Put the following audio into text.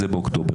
זה באוקטובר.